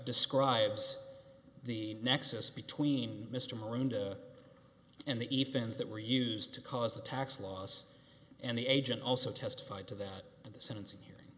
describes the nexus between mr marooned and the events that were used to cause the tax loss and the agent also testified to that at the sentencing hearing